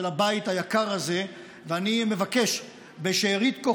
אגב, מלכיאלי, אני חושבת, אפשר להתקשר.